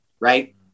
right